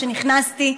כשנכנסתי,